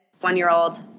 one-year-old